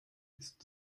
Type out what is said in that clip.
ist